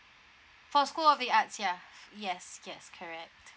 for school of the arts ya yes yes correct